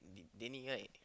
Danny right